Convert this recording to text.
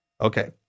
Okay